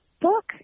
book